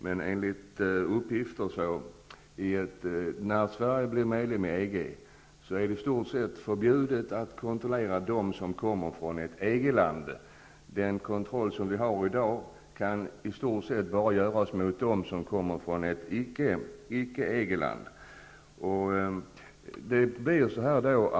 Men enligt uppgifter är det när Sverige blir medlem i EG i princip förbjudet att kontrollera dem som kommer från ett EG-land. Den kontroll som vi har i dag kan i framtiden huvudsakligen enbart göras mot dem som kommer från ett icke EG-land.